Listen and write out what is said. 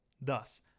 Thus